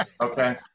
okay